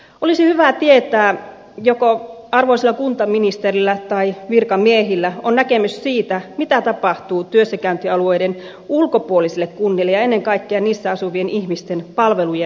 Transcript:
olisi hyvä tietää joko arvoisalla kuntaministerillä tai virkamiehillä on näkemys siitä mitä tapahtuu työssäkäyntialueiden ulkopuolisille kunnille ja ennen kaikkea niissä asuvien ihmisten palvelujen saatavuudelle